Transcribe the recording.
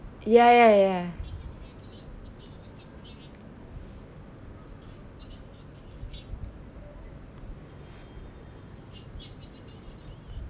ya ya ya